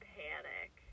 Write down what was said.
panic